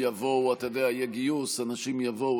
אנשים יבואו, אתה יודע, יהיה גיוס, אנשים יבואו.